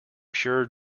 pure